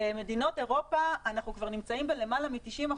במדינות אירופה אנחנו כבר נמצאים בלמעלה מ-90%,